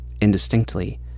indistinctly